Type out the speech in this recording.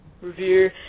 review